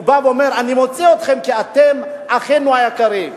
והוא בא ואומר: אני רוצה אתכם כי אתם אחינו היקרים.